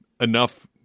enough